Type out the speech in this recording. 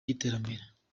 cy’iterambere